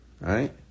right